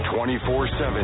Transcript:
24-7